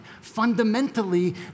fundamentally